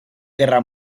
guerra